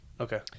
Okay